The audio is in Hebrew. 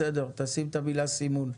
בסדר, תשים את המילה סימון.